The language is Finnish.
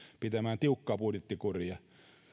pitämään tiukkaa budjettikuria